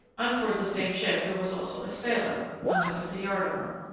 on board the same ship there was also a sailor hung up at the yard-arm.